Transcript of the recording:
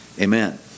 Amen